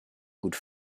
gut